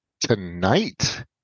tonight